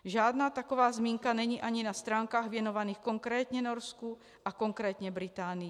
Žádná taková zmínka není ani na stránkách věnovaných konkrétně Norsku a konkrétně Británii.